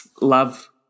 love